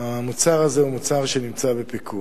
המוצר הזה הוא מוצר שנמצא בפיקוח.